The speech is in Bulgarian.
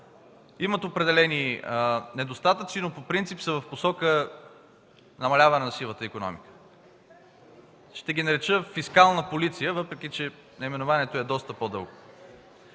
имат определени недостатъци, но по принцип са в посока намаляване на сивата икономика. Ще ги нарека „Фискална полиция”, въпреки че наименованието е доста по-дълго.